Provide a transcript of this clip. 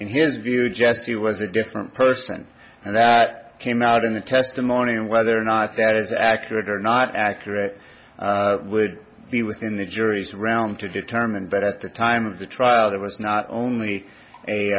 in his view jessie was a different person and that came out in the testimony and whether or not that is accurate or not accurate would be within the jury's round to determine but at the time of the trial there was not only a